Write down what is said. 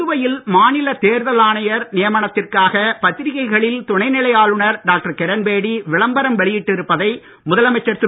புதுவையில் மாநில தேர்தல் ஆணையர் நியமனத்திற்காக பத்திரிகைகளில் துணைநிலை ஆளுநர் டாக்டர் கிரண்பேடி விளம்பரம் வெளியிட்டு இருப்பதை முதலமைச்சர் திரு